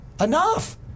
enough